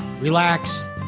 relax